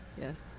Yes